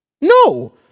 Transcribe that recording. no